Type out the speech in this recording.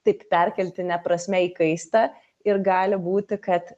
taip perkeltine prasme įkaista ir gali būti kad